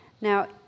Now